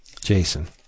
Jason